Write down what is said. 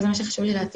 זה מה שחשוב לי להציף,